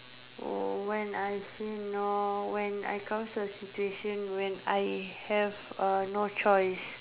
oh when I say no when I comes to a situation when I have uh no choice